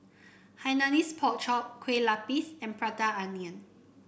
Hainanese Pork Chop Kueh Lapis and Prata Onion